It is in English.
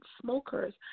smokers